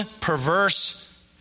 perverse